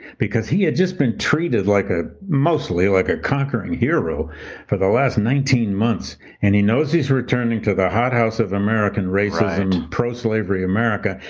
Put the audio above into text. because he had just been treated like ah mostly like a conquering hero for the last nineteen months and he knows he's returning to the hot house of american racism, pro-slavery america,